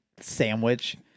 sandwich